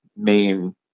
main